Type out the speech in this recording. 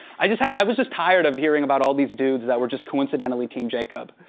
i just had, i was just tired of hearing about all these dudes that were just coincidentally team jacob.